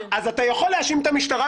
אז אתה יכול להאשים את המשטרה,